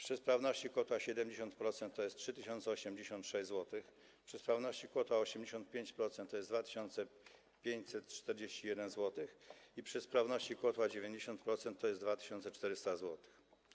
Przy sprawności kotła 70% to jest 3086 zł, przy sprawności kotła 85% to jest 2541 zł i przy sprawności kotła 90% to jest 2400 zł.